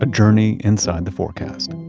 ah journey inside the forecast